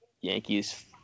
Yankees